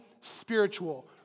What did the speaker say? Spiritual